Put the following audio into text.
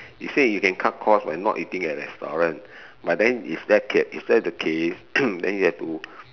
you say you can cut cost by not eating at restaurant but then is that ca~ is that the case then you have to